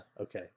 Okay